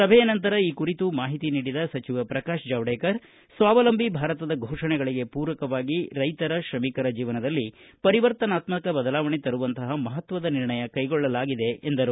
ಸಭೆಯ ನಂತರ ಈ ಕುರಿತು ಮಾಹಿತಿ ನೀಡಿದ ಸಚಿವ ಪ್ರಕಾಶ್ ಜಾವಡೇಕರ್ ಸ್ವಾವಲಂಬಿ ಭಾರತದ ಫೋಷಣೆಗಳಿಗೆ ಪೂರಕವಾಗಿ ರೈತರ ಶ್ರಮಿಕರ ಜೀವನದಲ್ಲಿ ಪರಿವರ್ತನಾತ್ಮಕ ಬದಲಾವಣೆ ತರುವಂತಹ ಮಹತ್ವದ ನಿರ್ಣಯ ಕೈಗೊಳ್ಳಲಾಗಿದೆ ಎಂದರು